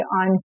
on